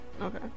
Okay